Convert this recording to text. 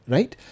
Right